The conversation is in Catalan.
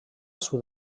sud